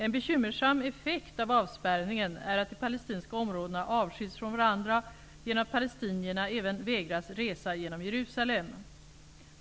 En bekymmersam effekt av avspärrningen är att de palestinska områdena avskiljs från varandra genom att palestinierna även vägras resa genom Jerusalem.